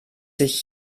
sich